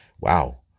wow